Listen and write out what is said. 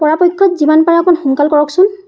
পৰাপক্ষত যিমান পাৰে অকণমান সোনকাল কৰকচোন